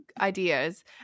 ideas